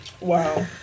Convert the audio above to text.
Wow